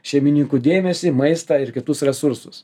šeimininkų dėmesį maistą ir kitus resursus